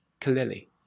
clearly